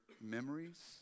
memories